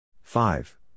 five